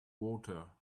water